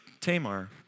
Tamar